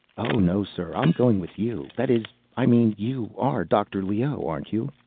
oh, no, sir. i'm going with you. that is, i mean, you are dr. leoh, aren't you?